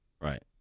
Right